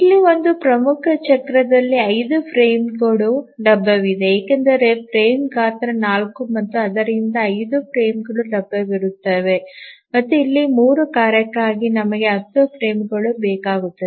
ಇಲ್ಲಿ ಒಂದು ಪ್ರಮುಖ ಚಕ್ರದಲ್ಲಿ 5 ಫ್ರೇಮ್ಗಳು ಲಭ್ಯವಿವೆ ಏಕೆಂದರೆ ಫ್ರೇಮ್ ಗಾತ್ರ 4 ಮತ್ತು ಆದ್ದರಿಂದ 5 ಫ್ರೇಮ್ಗಳು ಲಭ್ಯವಿರುತ್ತವೆ ಮತ್ತು ಇಲ್ಲಿ 3 ಕಾರ್ಯಕ್ಕಾಗಿ ನಮಗೆ 10 ಫ್ರೇಮ್ಗಳು ಬೇಕಾಗುತ್ತವೆ